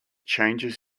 changes